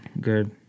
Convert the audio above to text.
good